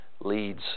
leads